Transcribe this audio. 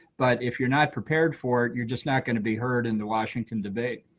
but if you're not prepared for it, you're just not going to be heard in the washington debate.